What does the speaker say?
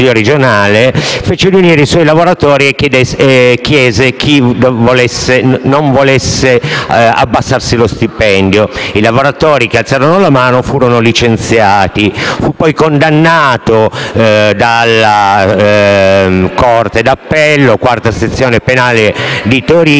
regionale, i suoi lavoratori e chiese chi non volesse abbassarsi lo stipendio. I lavoratori che alzarono la mano furono licenziati. Fu poi condannato dalla corte d'appello, quarta sezione penale di Torino,